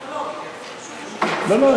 בוודאות אחראי לחינוך הטכנולוגי, לא, לא.